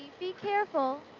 be careful.